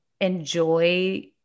enjoy